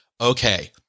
okay